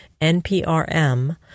NPRM